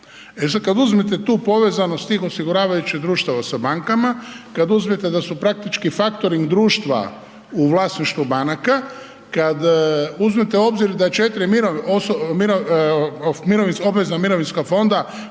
kad uzmete tu povezanost tih osiguravajućih društava, kad uzmete da su praktički faktoring društva u vlasništvu banaka, kad uzmete u obzir da je 4 mirovinska, obvezna mirovinska fonda